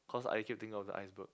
cause I keep thinking of the iceberg